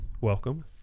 Welcome